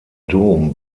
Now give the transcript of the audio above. dom